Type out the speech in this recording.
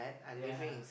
ya